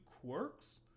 quirks